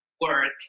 work